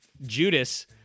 Judas